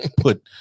put